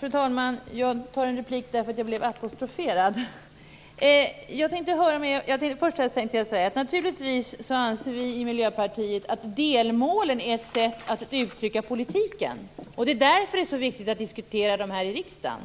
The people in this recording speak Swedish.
Fru talman! Jag begär replik därför att jag blev apostroferad. Naturligtvis anser vi i Miljöpartiet att delmålen är ett sätt att uttrycka politiken. Därför är det så viktigt att diskutera dem här i riksdagen.